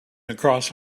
across